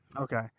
Okay